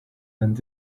and